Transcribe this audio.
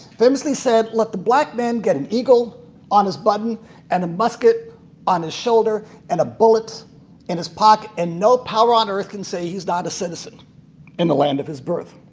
basically said let the black men get an eagle on his button and a musket on his shoulder and a bullet in his pocket and no pal on earth can say he's not a citizen in the land of his birth.